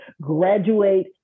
graduate